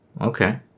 Okay